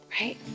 Right